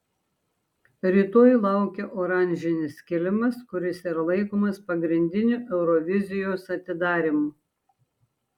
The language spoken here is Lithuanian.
rytoj laukia oranžinis kilimas kuris yra laikomas pagrindiniu eurovizijos atidarymu